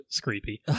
creepy